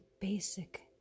basic